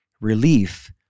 relief